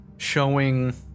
showing